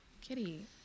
Kitty